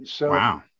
Wow